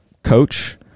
coach